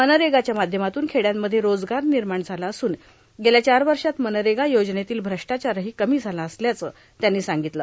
मनरेगाच्या माध्यमातून खेडयांमध्ये रोजगार निर्माण झाला असून गेल्या चार वर्षात मनरेगा योजनेतील श्वष्टाचारही कमी झाला असल्याचं त्यांनी सांगितलं